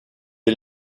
est